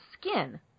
skin